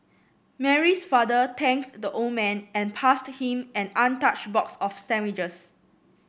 Mary's father thanked the old man and passed him an untouched box of sandwiches